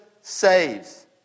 saves